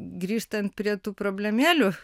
grįžtant prie tų problemėlių